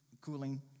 cooling